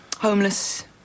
homeless